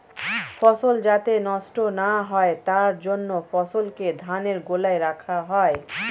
ফসল যাতে নষ্ট না হয় তার জন্য ফসলকে ধানের গোলায় রাখা হয়